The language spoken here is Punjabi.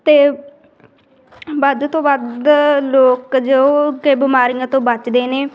ਅਤੇ ਵੱਧ ਤੋਂ ਵੱਧ ਲੋਕ ਜੋ ਕਿ ਬਿਮਾਰੀਆਂ ਤੋਂ ਬਚਦੇ ਨੇ